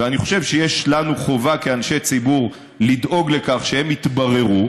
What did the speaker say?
ואני חושב שיש לנו חובה כאנשי ציבור לדאוג לכך שהן יתבררו,